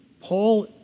Paul